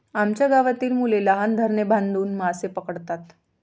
आमच्या गावातील मुले लहान धरणे बांधून मासे पकडतात